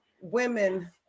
women